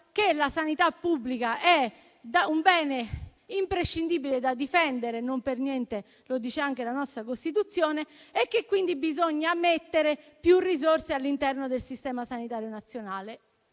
che la sanità pubblica è un bene imprescindibile da difendere - non per niente lo dice anche la nostra Costituzione - e che quindi bisogna mettere più risorse all'interno del Sistema sanitario nazionale: